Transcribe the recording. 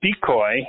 decoy